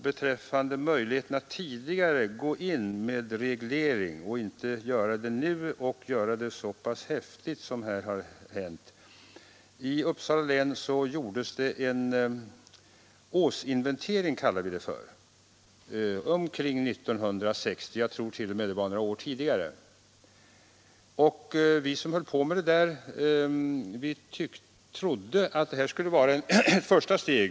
Beträffande möjligheten tidigare att gå in med regleringar och möjligheten att göra det nu så pass häftigt som skett kan jag nämna att i Uppsala län gjordes det 1960 eller kanske t.o.m. några år tidigare någonting som vi kallade för en åsinventering. Vi som höll på med det trodde att det bara skulle vara ett första steg.